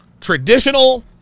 Traditional